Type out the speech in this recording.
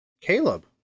Caleb